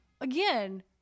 again